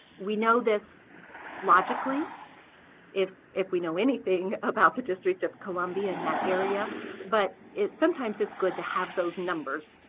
we know this logically if if we know anything about the district of columbia and that area but it sometimes is good to have those numbers,